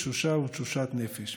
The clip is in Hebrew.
תשושה ותשושת נפש.